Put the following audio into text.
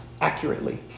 accurately